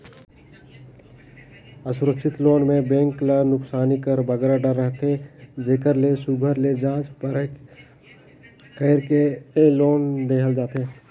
असुरक्छित लोन में बेंक ल नोसकानी कर बगरा डर रहथे जेकर ले सुग्घर ले जाँच परेख कइर के ए लोन देहल जाथे